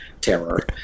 Terror